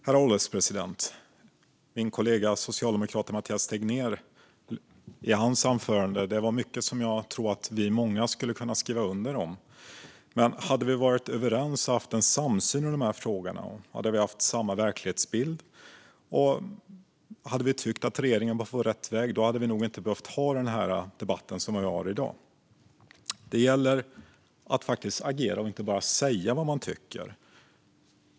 Herr ålderspresident! I min kollega socialdemokraten Mathias Tegnérs anförande var det mycket som jag tror att många av oss skulle kunna skriva under på. Men hade vi varit överens och haft en samsyn i dessa frågor, hade vi haft samma verklighetsbild och hade vi tyckt att regeringen varit på rätt väg hade vi nog inte behövt ha den debatt vi har i dag. Det gäller att faktiskt agera och inte bara säga vad man tycker.